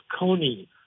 Kony